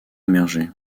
émergé